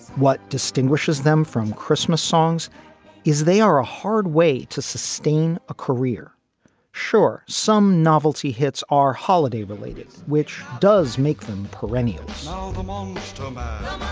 what distinguishes them from christmas songs is they are a hard way to sustain a career sure, some novelty hits are holiday related, which does make them perennial among